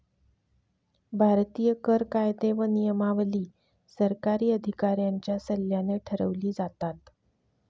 भारतीय कर कायदे व नियमावली सरकारी अधिकाऱ्यांच्या सल्ल्याने ठरवली जातात